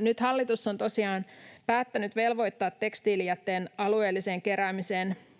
Nyt hallitus on tosiaan päättänyt velvoittaa tekstiilijätteen alueelliseen keräämiseen